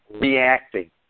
reacting